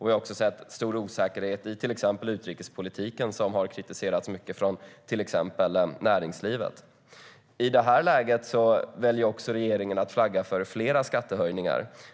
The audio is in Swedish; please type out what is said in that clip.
Vi har också sett stor osäkerhet i utrikespolitiken, vilket har kritiserats mycket från till exempel näringslivet.I det här läget väljer regeringen att flagga för fler skattehöjningar.